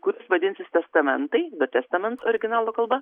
kuris vadinsis testamentai the testaments originalo kalba